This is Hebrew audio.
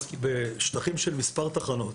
בשטחים של מספר תחנות.